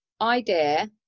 idea